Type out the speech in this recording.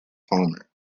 palmer